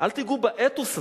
אל תיגעו באתוס הזה.